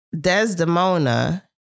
Desdemona